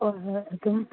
ꯍꯣꯏ ꯍꯣꯏ ꯑꯗꯨꯝ